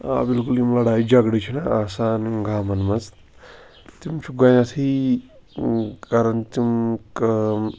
آ بالکل یِم لڑھایہِ جھگڑٕ چھِ نا آسان یِم گامَن منٛز تِم چھِ گۄڈنیٚتھٕے ٲں کَران تِم کٲم